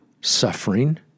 suffering